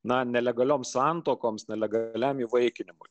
na nelegalioms santuokoms nelegaliam įvaikinimui